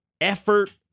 effort